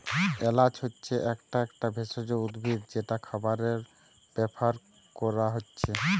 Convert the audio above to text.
এলাচ হচ্ছে একটা একটা ভেষজ উদ্ভিদ যেটা খাবারে ব্যাভার কোরা হচ্ছে